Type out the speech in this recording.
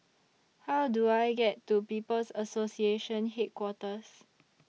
How Do I get to People's Association Headquarters